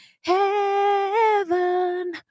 heaven